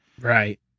Right